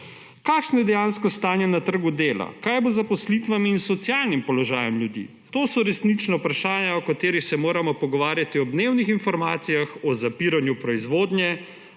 Kakšno je dejansko stanje na trgu dela? Kaj bo z zaposlitvami in socialnim položajem ljudi? To so resnična vprašanja, o katerih se moramo pogovarjati ob dnevnih informacijah o zapiranju proizvodnje,